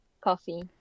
coffee